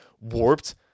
warped